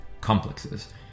complexes